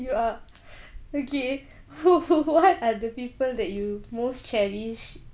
you are okay what are the people that you most cherish